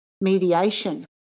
mediation